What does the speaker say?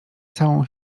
całą